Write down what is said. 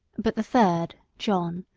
but the third, john,